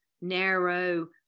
narrow